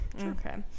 okay